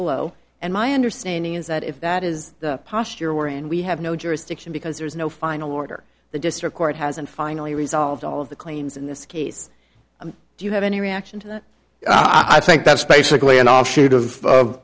below and my understanding is that if that is the posture we're in we have no jurisdiction because there is no final order the district court has and finally resolved all of the claims in this case do you have any reaction to that i think that's basically an offshoot of